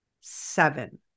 seven